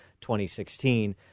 2016